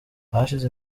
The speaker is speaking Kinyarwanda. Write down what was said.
hashize